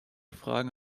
fragen